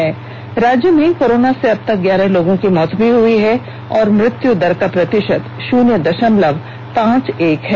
वहीं राज्य में कोरोना से अबतक ग्यारह लोगों की मौत हो चुकी है और मृत्यू दर का प्रतिषत शुन्य दषमलव पांच एक है